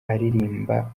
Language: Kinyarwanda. aririmba